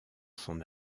son